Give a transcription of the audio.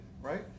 right